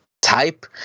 type